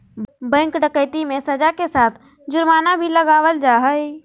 bank डकैती मे सज़ा के साथ जुर्माना भी लगावल जा हय